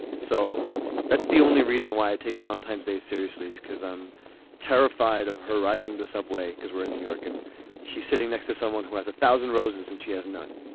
so that's the only reason why i take valentine's day seriously is because i'm terrified of her riding the subway, because we're in new york and she's sitting next to someone who has a thousand roses and she has none,